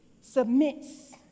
submits